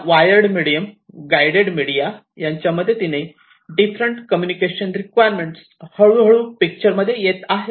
सध्या wire medium guide media यांच्या मदतीने डिफरंट कम्युनिकेशन रिक्वायरमेंट हळूहळू पिक्चर मध्ये येत आहे